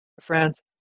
Friends